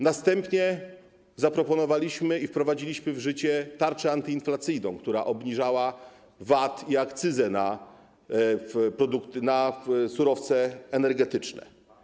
Następnie zaproponowaliśmy i wprowadziliśmy w życie tarczę antyinflacyjną, która obniżała VAT i akcyzę na surowce energetyczne.